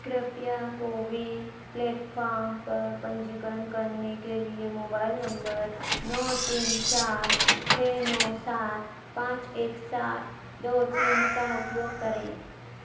कृपया CoWIN platform पर पंजीकरण करने के लिए मोबाइल नंबर नौ तीन चार छः नौ सात पाँच एक सात दो तीन का उपयोग करें